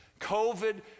COVID